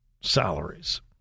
salaries